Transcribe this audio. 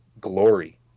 glory